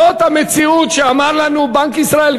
זאת המציאות שאמר לנו בנק ישראל,